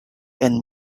and